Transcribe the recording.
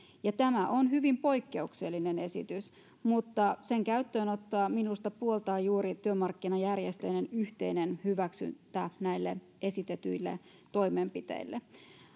ja tämä on hyvin poikkeuksellinen esitys mutta sen käyttöönottoa minusta puoltaa juuri työmarkkinajärjestöjen yhteinen hyväksyntä näille esitetyille toimenpiteille